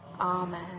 Amen